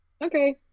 Okay